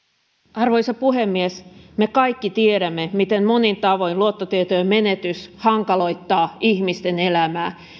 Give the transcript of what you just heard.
arvoisa puhemies me kaikki tiedämme miten monin tavoin luottotietojen menetys hankaloittaa ihmisten elämää